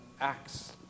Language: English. acts